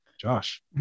Josh